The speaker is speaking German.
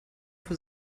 für